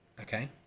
okay